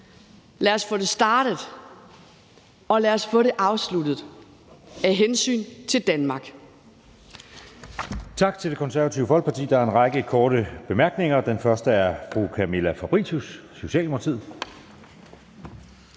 Lad os få det startet, og lad os få det afsluttet – af hensyn til Danmark.